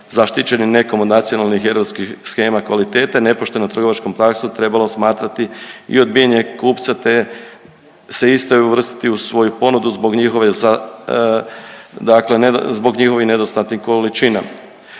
zaštićenih nekom od nacionalnih europskih shema kvalitete nepoštenom trgovačkom praksom trebalo smatrati i odbijanje kupca te se istoj uvrstiti u svoju ponudu zbog njihovih nedostatnih količina.